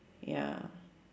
ya